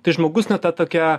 tai žmogus net tą tokią